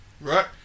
right